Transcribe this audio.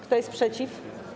Kto jest przeciw?